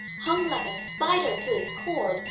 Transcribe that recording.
hung like a spider to its cord,